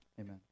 amen